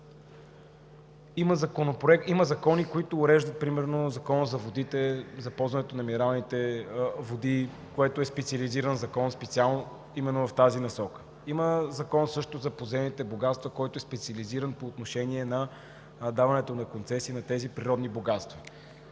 Има закони примерно Законът за ползването на минералните води, който е специализиран и е специално именно в тази насока; има Закон също за подземните богатства, който е специализиран по отношение на даването на концесии на тези природни богатства.